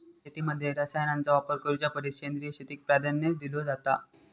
शेतीमध्ये रसायनांचा वापर करुच्या परिस सेंद्रिय शेतीक प्राधान्य दिलो जाता